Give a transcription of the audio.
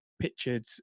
pictured